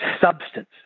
substance